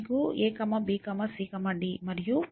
మీకు a b c d మరియు p2 p1 p0 ఉన్నాయి